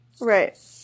Right